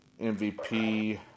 MVP